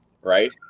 right